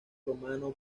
romano